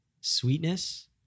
sweetness